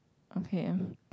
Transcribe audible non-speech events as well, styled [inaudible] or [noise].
okay [breath]